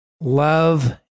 love